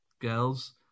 Girls